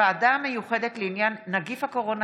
הודעת שר הבריאות על מסקנות הוועדה המיוחדת לעניין נגיף הקורונה